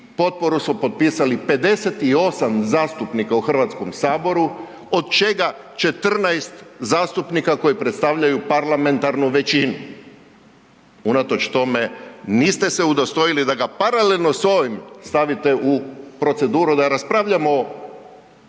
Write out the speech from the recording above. potporu su potpisali 58 zastupnika u HS-u od čega 15 zastupnika koji predstavljaju parlamentarnu većinu. Unatoč tome niste se udostojali da ga paralelno s ovim stavite u proceduru da raspravljamo